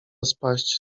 spaść